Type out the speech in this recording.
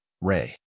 ray